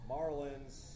Marlins